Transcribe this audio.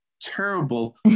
terrible